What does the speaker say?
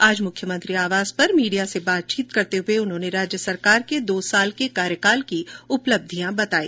आज मुख्यमंत्री आवास पर मीडिया से बातचीत करते हये उन्होंने राज्य सरकार के दो साल के कार्यकाल की उपब्धियां बताई